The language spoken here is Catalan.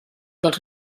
dels